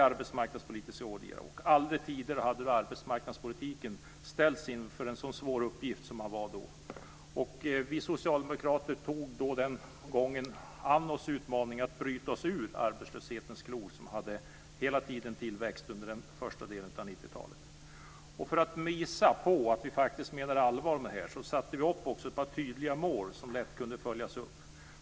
Aldrig tidigare hade arbetsmarknadspolitiken ställts inför en så svår uppgift som då. Vi socialdemokrater tog den gången oss an utmaningen att bryta oss ur arbetslöshetens klor, som hela tiden hade tillväxt under den första delen av 90-talet. För att visa att vi menade allvar med det här satte vi upp ett par tydliga mål som lätt kunde följas upp.